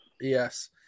Yes